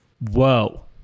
Whoa